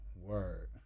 Word